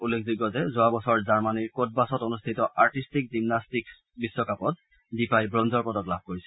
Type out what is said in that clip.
উল্লেখযোগ্য যে যোৱা বছৰ জাৰ্মানিৰ কটবাছত অনুষ্ঠিত আৰ্টিষ্টিক জিমনাষ্টিকছ বিশ্বকাপত দীপাই ব্ৰঞ্জৰ পদক লাভ কৰিছিল